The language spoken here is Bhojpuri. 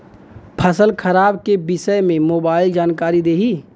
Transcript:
फसल खराब के विषय में मोबाइल जानकारी देही